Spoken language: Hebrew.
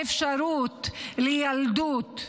האפשרות לילדות,